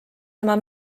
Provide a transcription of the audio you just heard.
tema